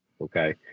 okay